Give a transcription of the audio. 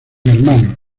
hermanos